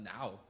now